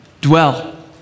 dwell